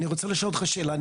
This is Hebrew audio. אני רוצה לשאול אותך שאלה,